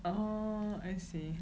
oh I see